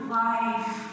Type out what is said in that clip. life